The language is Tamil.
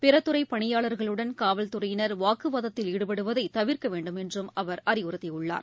பிறத்துறைபணியாளர்களுடன் காவல்துறையினர் வாக்குவாதத்தில் ஈடுபடுவதைதவிர்க்கவேண்டும் என்றும் அவர் அறிவுறுத்தியுள்ளார்